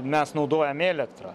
mes naudojam elektrą